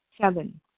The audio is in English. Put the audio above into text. Seven